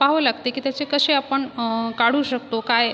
पहावं लागते की त्याचे कसे आपण काढू शकतो काय